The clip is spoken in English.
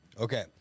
Okay